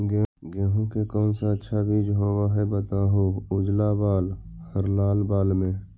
गेहूं के कौन सा अच्छा बीज होव है बताहू, उजला बाल हरलाल बाल में?